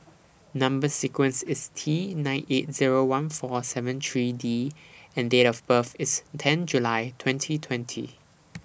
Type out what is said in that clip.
Number sequence IS T nine eight Zero one four seven three D and Date of birth IS ten July twenty twenty